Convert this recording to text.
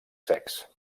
secs